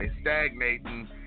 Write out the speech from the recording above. stagnating